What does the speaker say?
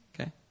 Okay